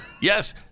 Yes